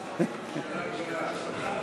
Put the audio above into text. אי-אמון